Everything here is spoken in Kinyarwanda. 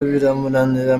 biramunanira